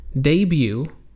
debut